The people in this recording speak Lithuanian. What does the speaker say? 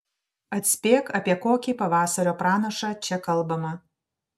atspėk apie kokį pavasario pranašą čia kalbama